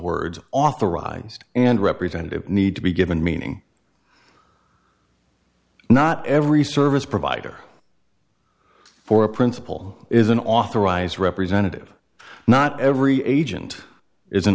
words authorized and representative need to be given meaning not every service provider for a principle is an authorized representative not every agent is an